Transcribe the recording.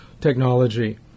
technology